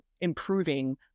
improving